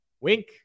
Wink